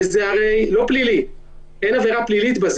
וזו הרי לא עבירה פלילית,